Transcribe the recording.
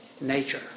nature